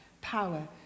power